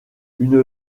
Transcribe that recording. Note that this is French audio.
une